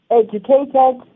educated